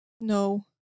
No